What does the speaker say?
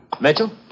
Mitchell